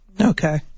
Okay